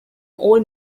all